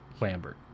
Lambert